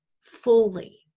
fully